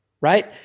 right